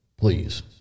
Please